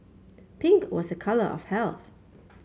pink was a colour of health